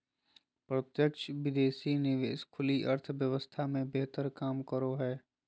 प्रत्यक्ष विदेशी निवेश खुली अर्थव्यवस्था मे बेहतर काम करो हय